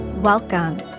Welcome